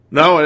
no